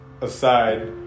aside